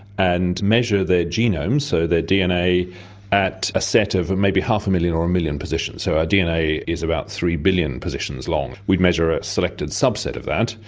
and measure their genome so their dna at a set of maybe half a million or a million positions. so our dna is about three billion positions long, and we'd measure a selected subset of that.